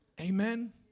Amen